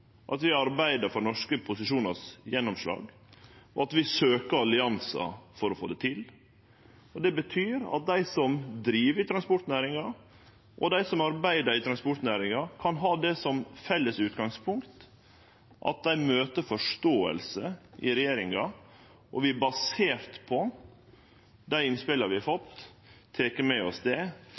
at vi arbeider for at norske posisjonar skal få gjennomslag, og at vi søkjer alliansar for å få det til. Det betyr at dei som driv i transportnæringa, og dei som arbeider i transportnæringa, kan ha som felles utgangspunkt at dei møter forståing i regjeringa. Vi baserer oss på dei innspela vi har fått, tek dei med oss gjennom det